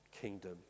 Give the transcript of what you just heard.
kingdom